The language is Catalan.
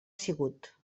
sigut